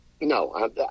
No